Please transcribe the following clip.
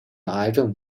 癌症